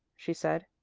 she said.